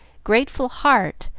grateful heart,